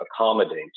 accommodate